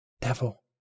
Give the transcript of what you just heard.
Devil